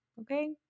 Okay